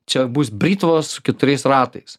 čia bus britvos su keturiais ratais